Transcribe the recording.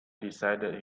decided